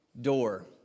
door